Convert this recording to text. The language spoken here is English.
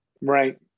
right